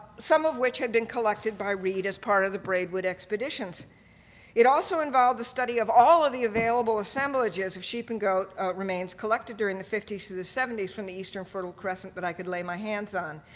some of which had been collected by reed as part of the braidwood expeditions it also involved the study of all of the available assemblages of sheep and goat remains collected during the fifty s to the seventy s from the eastern fertile crescent that but i could lay my hands on